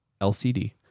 lcd